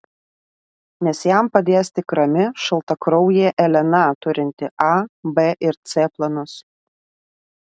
nes jam padės tik rami šaltakraujė elena turinti a b ir c planus